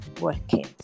working